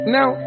Now